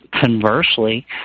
Conversely